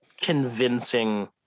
convincing